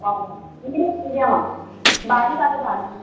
हय medium medium आहा बारीक हा ते धा रुपया